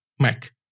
Mac